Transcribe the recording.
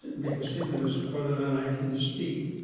make a statement as to whether or not i can speak.